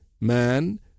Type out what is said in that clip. man